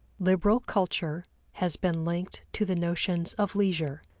liberal culture has been linked to the notions of leisure,